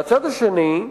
מהצד השני,